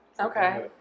Okay